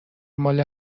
مال